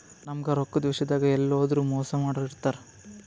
ನಮ್ಗ್ ರೊಕ್ಕದ್ ವಿಷ್ಯಾದಾಗ್ ಎಲ್ಲ್ ಹೋದ್ರು ಮೋಸ್ ಮಾಡೋರ್ ಇರ್ತಾರ